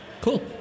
cool